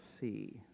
see